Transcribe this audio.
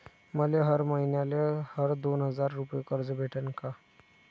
मले हर मईन्याले हर दोन हजार रुपये कर्ज भेटन का?